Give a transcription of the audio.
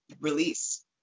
release